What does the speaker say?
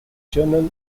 journal